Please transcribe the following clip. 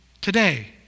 today